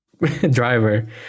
driver